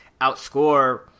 outscore